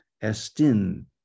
Estin